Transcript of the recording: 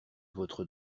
votre